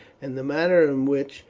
and the manner in which,